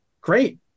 Great